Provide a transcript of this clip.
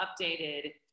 updated